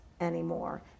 anymore